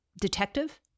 detective